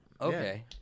okay